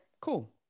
Cool